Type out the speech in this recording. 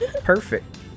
Perfect